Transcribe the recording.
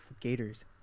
Gators